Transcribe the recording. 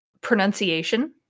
pronunciation